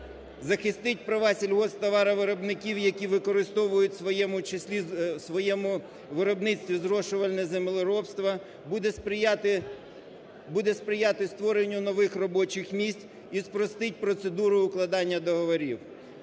захистить права сільхозтоваровиробників, які використовують в своєму виробництві зрошувальні землеробство, буде сприяти створенню нових робочих місць і спростить процедуру укладення договорів.